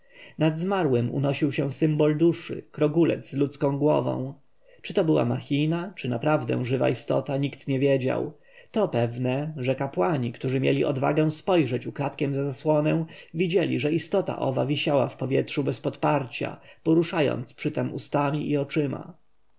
nad zmarłym unosił się symbol duszy krogulec z ludzką głową czy to była machina czy naprawdę żywa istota nikt nie wiedział to pewne że kapłani którzy mieli odwagę spojrzeć ukradkiem na zasłonę widzieli że istota owa wisiała w powietrzu bez podparcia poruszając przytem ustami i oczyma